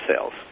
sales